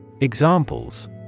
Examples